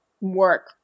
work